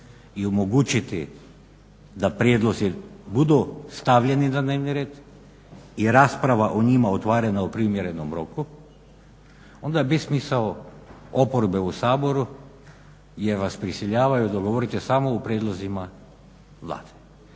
i omogućiti da prijedlozi budu stavljeni na dnevni rad, i rasprava o njima otvorena u primjerenom roku. Onda bi smisao oporbe u Saboru gdje vas prisiljavao da govorite samo o prijedlozima Vlade.